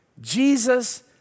Jesus